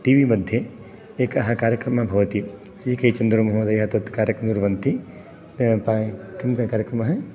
T V मध्ये एकः कार्यक्रमः भवति सी के चन्द्रमहोदयः तत् कार्यक्र कुर्वन्ति किं कार्यक्रमः